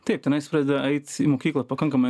taip tenais pradeda eit į mokyklą pakankamai